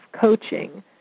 coaching